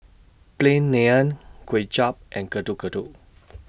Plain Naan Kuay Chap and Getuk Getuk